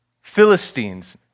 Philistines